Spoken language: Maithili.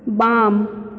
बाम